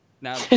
Now